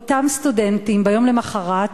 אותם סטודנטים ביום למחרת